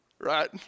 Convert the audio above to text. Right